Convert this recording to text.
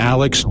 Alex